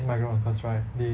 migrant worker right they